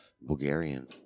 Bulgarian